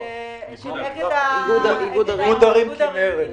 איגוד ערים כינרת.